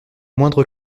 moindre